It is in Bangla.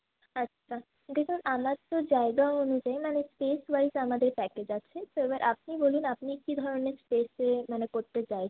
আচ্ছা দেখুন আমার তো জায়গা অনুযায়ী মানে স্পেস ওয়াইজ আমাদের প্যাকেজ আছে তো এবার আপনি বলুন আপনি কী ধরনের স্পেসে মানে করতে চাইছেন